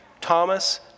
Thomas